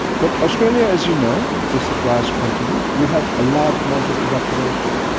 but australia, as you know, is the driest continent, we have a large amount of evaporation.